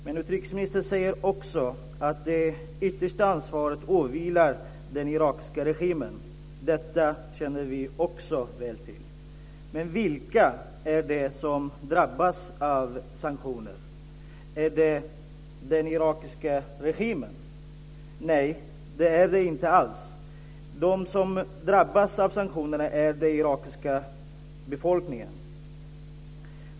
Men utrikesministern säger också att det yttersta ansvaret åvilar den irakiska regimen. Detta känner vi också väl till. Men vilka är det som drabbas av sanktionerna? Är det den irakiska regimen? Nej, det är det inte alls. De som drabbas av sanktionerna är den irakiska befolkningen.